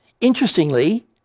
Interestingly